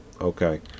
Okay